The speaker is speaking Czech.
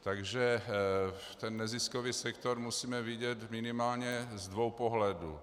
Takže ten neziskový sektor musíme vidět minimálně z dvou pohledů.